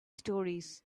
stories